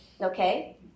Okay